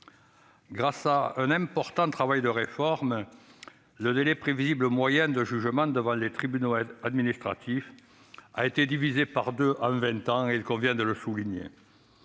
Grâce à un important travail de réforme, le délai prévisible moyen de jugement devant les tribunaux administratifs a été divisé par deux en vingt ans, il convient de le souligner.